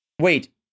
Wait